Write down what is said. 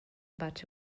but